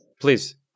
Please